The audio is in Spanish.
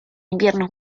inviernos